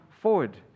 forward